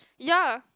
ya